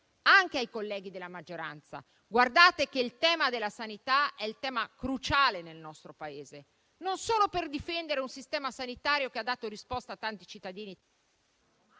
anche ai colleghi della maggioranza. Il tema della sanità è cruciale per il nostro Paese, non solo per difendere un sistema sanitario che ha dato risposte a tanti cittadini,